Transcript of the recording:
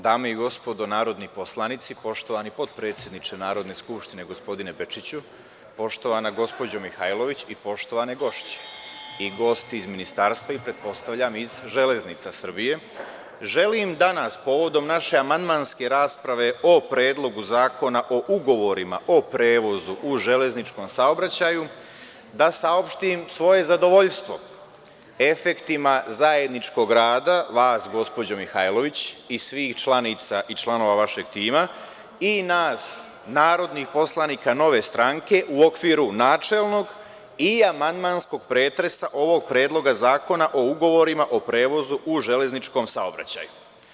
Dame i gospodo narodni poslanici, poštovani potpredsedniče Narodne skupštine, gospodine Bečiću, poštovana gospođo Mihajlović, poštovane gošće i gosti iz Ministarstva i pretpostavljam iz „Železnica Srbije“, želim danas povodom naše amandmanske rasprave o Predlog zakona o ugovorima o prevozu u železničkom saobraćaju da saopštim svoje zadovoljstvo efektima zajedničkog rada vas, gospođo Mihajlović, i svih članica i članova vašeg tima, i nas narodnih poslanika Nove stranke u okviru načelnog i amandmanskog pretresa ovog Predloga zakona o ugovorima o prevozu u železničkom saobraćaju.